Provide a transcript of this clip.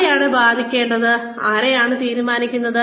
ആരെയാണ് ബാധിക്കേണ്ടതെന്ന് ആരാണ് തീരുമാനിക്കുന്നത്